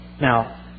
Now